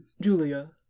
Julia